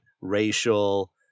racial